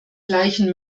gleichen